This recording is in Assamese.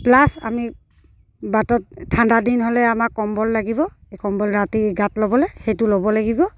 প্লাছ আমি বাটত ঠাণ্ডাদিন হ'লে আমাক কম্বল লাগিব এই কম্বল ৰাতি গাত ল'বলৈ সেইটো ল'ব লাগিব